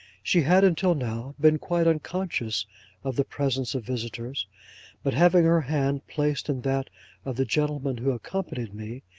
she had, until now, been quite unconscious of the presence of visitors but, having her hand placed in that of the gentleman who accompanied me,